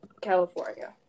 California